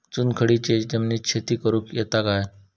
चुनखडीयेच्या जमिनीत शेती करुक येता काय?